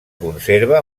conserva